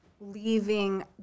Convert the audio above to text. leaving